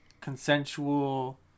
consensual